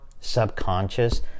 subconscious